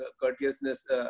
courteousness